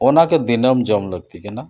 ᱚᱱᱟᱜᱮ ᱫᱤᱱᱟᱹᱢ ᱡᱚᱢ ᱞᱟᱠᱛᱤ ᱠᱟᱱᱟ